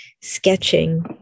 sketching